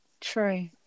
True